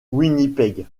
winnipeg